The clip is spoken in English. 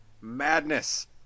madness